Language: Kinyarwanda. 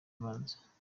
abanza